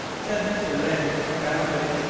said mr. lyne profoundly.